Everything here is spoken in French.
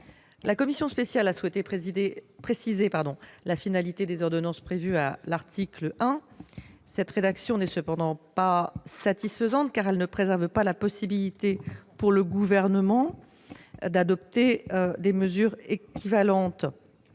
La commission spéciale a souhaité préciser la finalité des ordonnances prévues à l'article 1. Cette rédaction n'est cependant pas satisfaisante, car elle ne préserve pas la possibilité pour le Gouvernement de tenir compte de l'adoption de mesures équivalentes